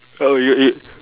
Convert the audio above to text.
oh you got y~